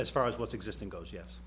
far as what's existing goes yes